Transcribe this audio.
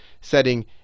setting